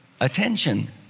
attention